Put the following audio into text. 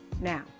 Now